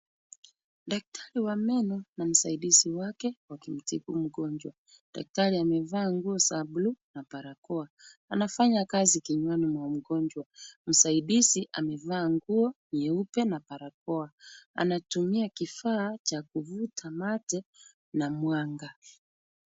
Daktari wa meno na msaidizi wake wakimtibu mgonjwa. Daktari amevaa nguo za buluu na barakoa. Anafanya kazi kinywani mwa mgonjwa. Msaidizi amevaa nguo nyeupe na barakoa. Anatumia kifaa cha kuvuta mate na mwanga.